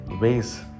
ways